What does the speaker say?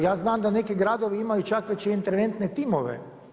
Ja znam da neki gradovi imaju čak već interventne timove.